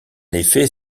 effet